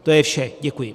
To je vše, děkuji.